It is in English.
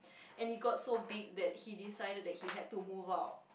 and it got so big that he decided that he had to move out